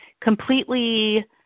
completely